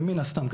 ומן הסתם,